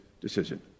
decision